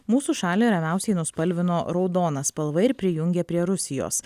mūsų šalį ramiausiai nuspalvino raudona spalva ir prijungė prie rusijos